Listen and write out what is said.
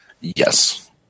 Yes